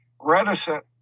reticent